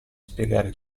spiegare